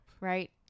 right